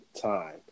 time